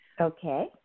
Okay